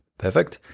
perfect.